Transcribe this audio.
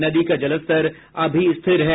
नदी का जलस्तर अभी स्थिर है